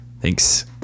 thanks